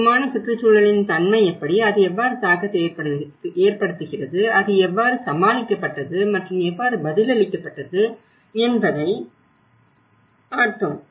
கட்டுமான சூழலின் தன்மை எப்படி இது எவ்வாறு தாக்கத்தை ஏற்படுத்துகிறது அது எவ்வாறு சமாளிக்கப்பட்டது மற்றும் எவ்வாறு பதிலளிக்கப்பட்டது என்பதை பார்த்தோம்